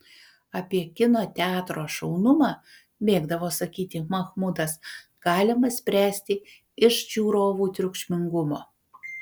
apie kino teatro šaunumą mėgdavo sakyti mahmudas galima spręsti iš žiūrovų triukšmingumo